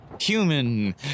human